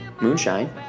Moonshine